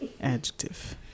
adjective